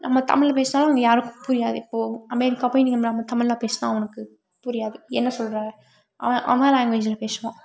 நம்ம தமிழில் பேசுனாலும் அவங்க யாருக்கும் புரியாது இப்போ அமெரிக்கா போய் நீங்கள் நம்ம தமிழில் பேசுனால் அவனுக்கு புரியாது என்ன சொல்கிற அவன் அவன் லேங்குவேஜுல் பேசுவான்